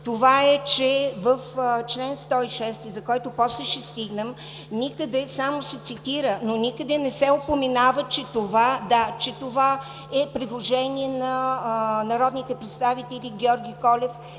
Това е, че в чл. 106, на който после ще стигнем, само се цитира, но никъде не се упоменава, че това е предложение на народните представители Георги Колев